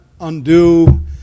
undo